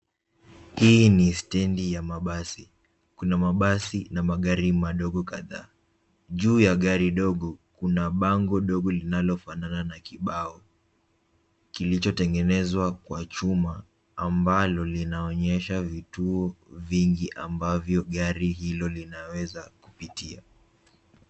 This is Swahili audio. Hii ni steni ya mabasi. Kuna mabasi na magari madogo kadhaa. Juu ya gari ndogo kuna bango ndogo linalofanana na kibao kilichotengenezwa kwa chuma ambalo linaonyesha vituo vingi ambavyo gari hilo linaweza kupitia.